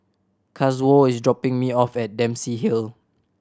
Kazuo is dropping me off at Dempsey Hill